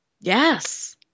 Yes